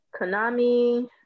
Konami